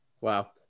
Wow